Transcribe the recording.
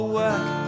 work